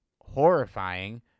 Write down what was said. horrifying